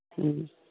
ꯎꯝ